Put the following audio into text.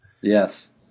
Yes